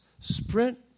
Sprint